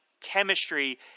chemistry